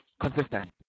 consistent